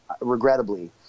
regrettably